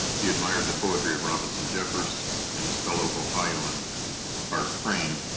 he admired the poetry of robinson jeffers and his fellow ohioan hart crane.